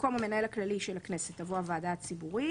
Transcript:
במקום המנהל הכללי של הכנסת תבוא הוועדה הציבורית,